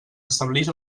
establix